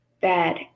bad